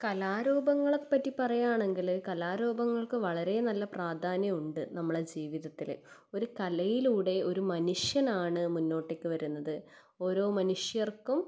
കലാരൂപങ്ങളെ പറ്റി പറയുകയാണെങ്കിൽ കലാരൂപങ്ങൾക്ക് വളരെ നല്ല പ്രാധാന്യം ഉണ്ട് നമ്മുടെ ജീവിതത്തിൽ ഒരു കലയിലൂടെ ഒരു മനുഷ്യനാണ് മുന്നോട്ടേക്ക് വരുന്നത് ഓരോ മനുഷ്യർക്കും